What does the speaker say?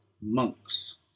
monks